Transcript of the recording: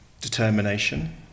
determination